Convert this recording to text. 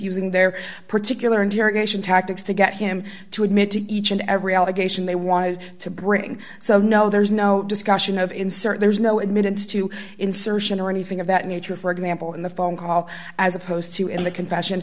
using their particular interrogation tactics to get him to admit to each and every allegation they wanted to bring so no there's no discussion of insert there's no admittance to insertion or anything of that nature for example in the phone call as opposed to in the confession